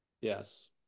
Yes